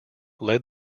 led